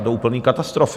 Do úplné katastrofy.